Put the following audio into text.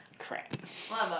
crack